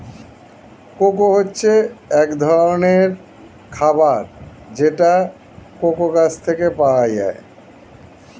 cocoa হচ্ছে এক ধরনের খাবার যেটা কোকো গাছ থেকে পাওয়া যায়